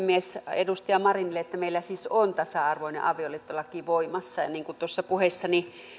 edustaja marinille meillä siis on tasa arvoinen avioliittolaki voimassa niin kuin tuossa puheessani